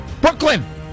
Brooklyn